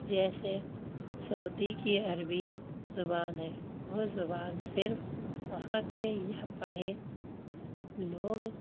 جیسے سعودی کی عربی زبان ہے وہ زبان صرف وہاں کے یا پڑھے لوگ